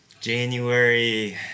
january